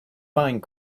find